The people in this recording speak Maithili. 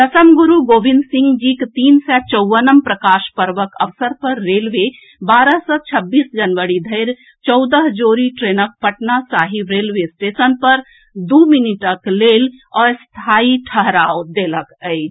दसम गुरू गोविन्द सिंह जीक तीन सय चौवनम प्रकाश पर्वक अवसर पर रेलवे बारह सँ छब्बीस जनवरी धरि चौदह जोड़ी ट्रेनक पटना साहिब रेलवे स्टेशन पर दू मिनटक लेल अस्थायी ठहराव देलक अछि